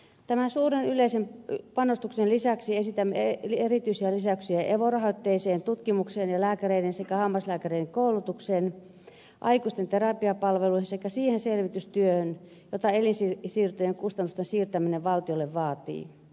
tämän suuren yleisen panostuksen lisäksi esitämme erityisiä lisäyksiä evo rahoitteiseen tutkimukseen ja lääkäreiden sekä hammaslääkäreiden koulutukseen aikuisten terapiapalveluihin sekä siihen selvitystyöhön jota elinsiirtojen kustannusten siirtäminen valtiolle vaatii